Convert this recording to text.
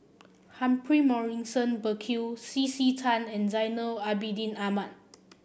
Humphrey Morrison Burkill C C Tan and Zainal Abidin Ahmad